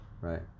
Right